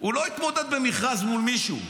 הוא לא התמודד במכרז מול מישהו.